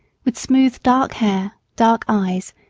with smooth, dark hair, dark eyes,